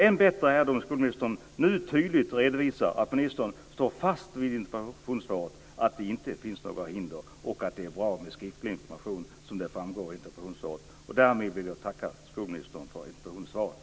Än bättre är det om skolministern nu tydligt redovisar att hon står fast vid det som sägs i interpellationssvaret om att det inte finns några hinder och att det är bra med skriftlig information. Därmed vill jag tacka skolministern för interpellationssvaret.